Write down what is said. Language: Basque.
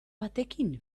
batekin